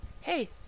hey